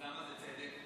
אז למה זה "צדק"?